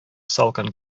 салкын